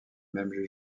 même